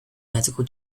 medical